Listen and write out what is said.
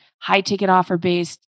high-ticket-offer-based